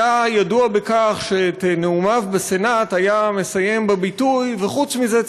היה ידוע בכך שאת נאומיו בסנאט היה מסיים בביטוי: וחוץ מזה,